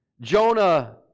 Jonah